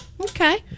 Okay